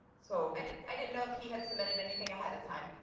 so i didn't i didn't know if he had submitted anything ahead of time.